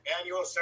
annual